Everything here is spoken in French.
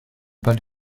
pâle